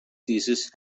thesis